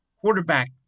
Quarterback